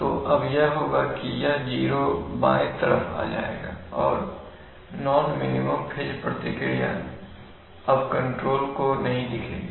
तो अब यह होगा कि यह 0 के बाएं तरफ आ जाएगा और नॉन मिनिमम फेज प्रतिक्रिया अब कंट्रोलर को नहीं दिखेगी